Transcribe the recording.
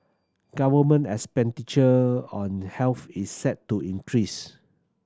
government expenditure on health is set to increase